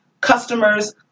customers